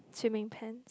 swimming pants